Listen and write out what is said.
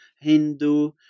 Hindu